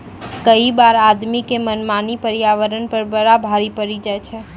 कई बार आदमी के मनमानी पर्यावरण पर बड़ा भारी पड़ी जाय छै